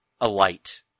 alight